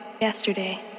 yesterday